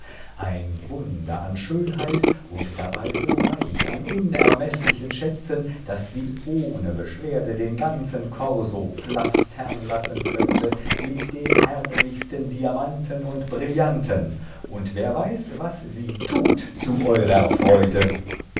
ein wunder an schönheit und dabei so reich an unermeßlichen schätzen daß sie ohne beschwerde den ganzen korso pflastern lassen könnte mit den herrlichsten diamanten und brillanten und wer weiß was sie tut zu eurer freude